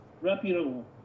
Reputable